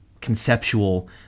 conceptual